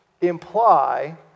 imply